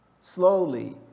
Slowly